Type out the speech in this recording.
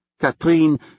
Catherine